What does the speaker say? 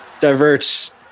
Diverts